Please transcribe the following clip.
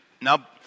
now